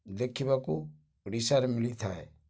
ଦେଖିବାକୁ ଓଡ଼ିଶାରେ ମିଳିଥାଏ